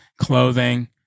clothing